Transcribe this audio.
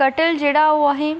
ते कटल जेहड़ा ओह् असें